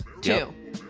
two